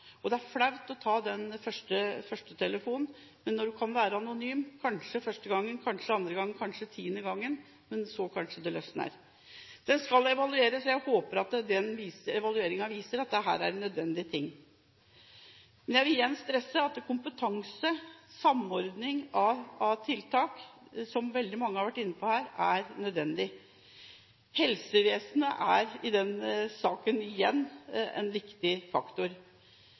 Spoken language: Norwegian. Det er flaut å ta den første telefonen, men når man kan være anonym, kanskje første gangen, kanskje andre gangen, kanskje tiende gangen, så kanskje det løsner. Den skal evalueres, og jeg håper at evalueringen viser at dette er en nødvendig ting. Jeg vil igjen stresse at kompetanse, samordning av tiltak, som veldig mange har vært inne på her, er nødvendig. Helsevesenet er igjen en viktig faktor.